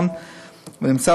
ונכון,